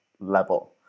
level